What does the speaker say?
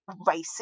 racist